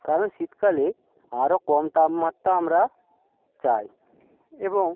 কারণ শীতকালে আরও কম তাপমাত্রা আমরা চাই এবং